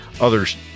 others